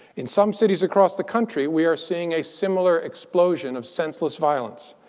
in some cities across the country, we are seeing a similar explosion of senseless violence.